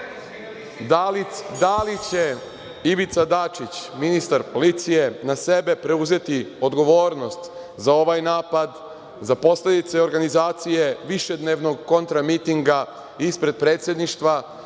li će Ivica Dačić, ministar policije, na sebe preuzeti odgovornost za ovaj napad, za posledice organizacije višednevnog kontramitinga ispred Predsedništva